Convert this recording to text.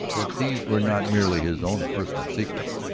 that these were not merely his own personal secrets,